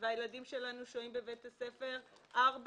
והילדים שלנו שוהים בבית הספר ארבע,